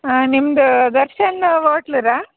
ಆಂ ನಿಮ್ದು ದರ್ಶನ್ ಹೋಟ್ಲುನಾ